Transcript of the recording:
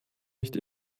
nicht